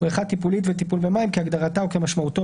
"בריכה טיפולית" ו"טיפול במים" כהגדרתה וכמשמעותו,